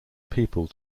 people